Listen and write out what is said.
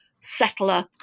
settler